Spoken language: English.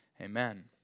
Amen